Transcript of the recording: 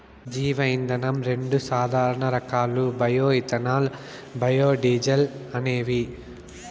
జీవ ఇంధనం రెండు సాధారణ రకాలు బయో ఇథనాల్, బయోడీజల్ అనేవి